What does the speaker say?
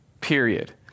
period